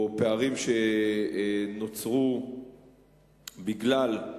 או פערים שנוצרו בגלל,